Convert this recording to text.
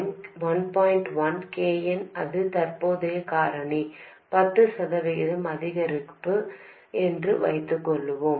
1 K n அது தற்போதைய காரணி 10 சதவிகிதம் அதிகரிப்பு என்று வைத்துக்கொள்வோம்